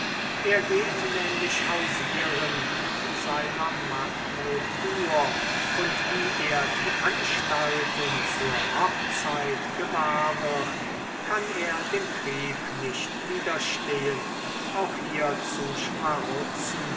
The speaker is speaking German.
er geht nämlich hausieren mit seiner macklotur und wie er die anstalten zur hochzeit gewahr wird kann er dem trieb nicht widerstehen auch hier zu schmarutzen